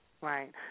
right